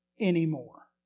anymore